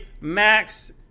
Max